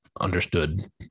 understood